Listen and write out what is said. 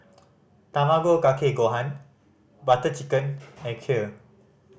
Tamago Kake Gohan Butter Chicken and Kheer